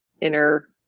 inner